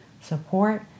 support